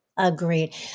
Agreed